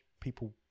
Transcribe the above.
people